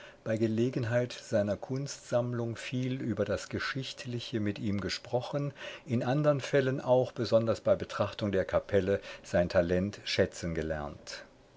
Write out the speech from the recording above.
bei gelegenheit seiner kunstsammlung viel über das geschichtliche mit ihm gesprochen in andern fällen auch besonders bei betrachtung der kapelle sein talent schätzen gelernt